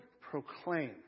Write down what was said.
proclaim